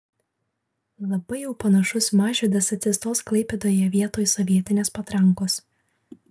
labai jau panašus mažvydas atsistos klaipėdoje vietoj sovietinės patrankos